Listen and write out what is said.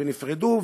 ונפרדו.